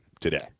today